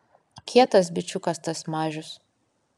kietas bičiukas tas mažius